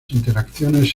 interacciones